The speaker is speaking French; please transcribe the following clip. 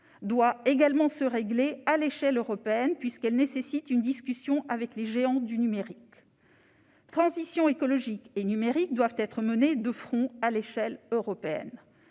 doit également se régler à l'échelle européenne, puisqu'elle nécessite une discussion avec les géants du numérique. Transitions écologique et numérique doivent être menées de front à l'échelle européenne.